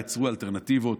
יצרו אלטרנטיבות,